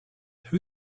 who